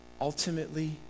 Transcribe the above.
ultimately